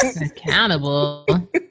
Accountable